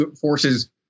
forces